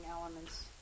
elements